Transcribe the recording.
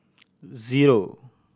zero